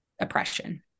oppression